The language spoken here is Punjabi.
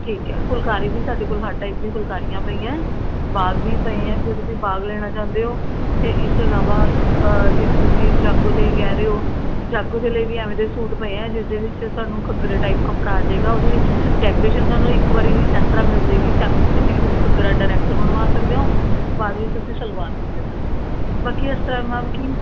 ਠੀਕ ਹੈ ਫੁਲਕਾਰੀ ਦੀ ਸਾਡੇ ਕੋਲ ਹਰ ਟਾਈਪ ਦੀਆਂ ਫੁਲਕਾਰੀਆਂ ਪਈਆਂ ਬਾਗ ਵੀ ਪਏ ਐਂ ਜੇ ਤੁਸੀਂ ਬਾਗ ਲੈਣਾ ਚਾਹੁੰਦੇ ਹੋ ਅਤੇ ਇਸ ਤੋਂ ਇਲਾਵਾ ਜਿਵੇਂ ਤੁਸੀਂ ਜਾਗੋ 'ਤੇ ਕਹਿ ਰਹੇ ਹੋ ਜਾਗੋ ਦੇ ਲਈ ਵੀ ਐਵੇਂ ਦੇ ਸੂਟ ਪਏ ਐਂ ਜਿਸ ਦੇ ਵਿੱਚ ਤੁਹਾਨੂੰ ਘੱਗਰੇ ਟਾਈਪ ਕੱਪੜਾ ਆ ਜੇਗਾ ਉਹਦੀ ਡੈਕੋਰੇਸ਼ਨ ਤੁਹਾਨੂੰ ਇੱਕ ਵਾਰੀ ਇਸ ਤਰ੍ਹਾਂ ਮਿਲ ਜਾਏਗੀ ਸੈਮੀ ਸਟਿੱਚ ਕਿ ਤੁਸੀਂ ਘੱਗਰਾ ਡਾਇਰੈਕਟ ਬਣਵਾ ਸਕਦੇ ਹੋ ਬਾਅਦ ਵਿੱਚ ਤੁਸੀਂ ਸਲਵਾਰ ਵੀ ਲੈ ਸਕਦੇ ਹੋ ਬਾਕੀ ਇਸ ਤਰ੍ਹਾਂ ਮੈਮ ਕਿ